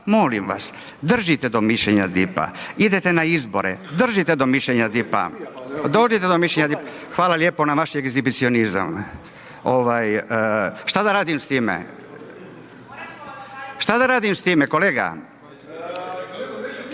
molim vas držite do mišljenja DIP-a idete na izbore, držite do mišljenja DIP-a. Hvala lijepo na vaš egzibicionizam. Ovaj, šta da radim s time? Šta da radim s time, kolega?